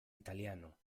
italiano